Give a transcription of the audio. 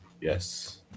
Yes